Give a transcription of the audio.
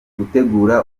gutegura